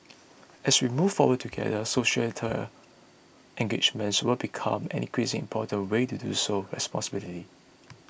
as we move forward together societal engagement will become an increasingly important way to do so responsibly